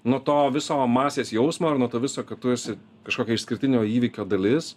nuo to viso masės jausmo ir nuo to viso kad tu esi kažkokia išskirtinio įvykio dalis